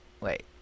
wait